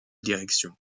direction